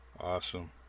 Awesome